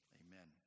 amen